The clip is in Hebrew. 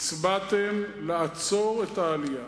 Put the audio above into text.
הצבעתם לעצור את העלייה.